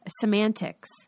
semantics